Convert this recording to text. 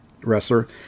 wrestler